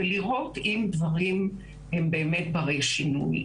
ולראות אם הדברים באמת בני שינוי.